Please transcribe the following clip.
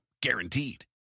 Guaranteed